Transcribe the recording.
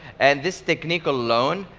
and this technique alone,